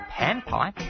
panpipe